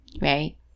Right